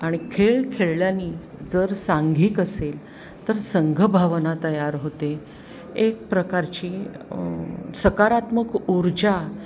आणि खेळ खेळल्याने जर सांघिक असेल तर संघभावना तयार होते एक प्रकारची सकारात्मक ऊर्जा